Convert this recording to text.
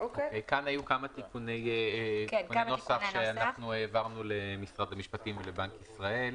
בתקנה הזאת היו כמה תיקוני נוסח שהעברנו למשרד המשפטים ולבנק ישראל.